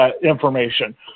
information